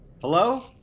Hello